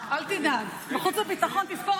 תשעה מנדטים בסקרים.